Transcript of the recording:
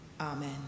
Amen